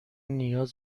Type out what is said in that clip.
نیاز